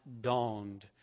dawned